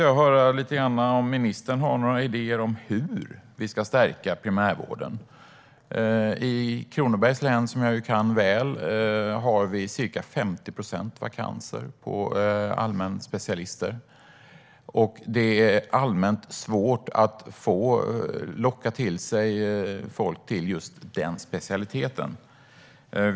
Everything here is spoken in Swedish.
Har ministern några idéer om hur vi ska stärka primärvården? I Kronobergs län, som jag känner till väl, har vi ca 50 procent vakanser bland allmänspecialister. Det är allmänt svårt att locka till sig folk till just denna specialitet.